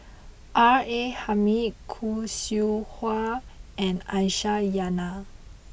R A Hamid Khoo Seow Hwa and Aisyah Lyana